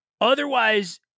Otherwise